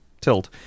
tilt